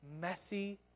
messy